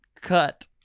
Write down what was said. cut